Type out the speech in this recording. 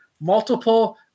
multiple